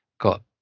got